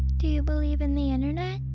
do you believe in the internet?